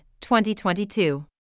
2022